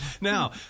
Now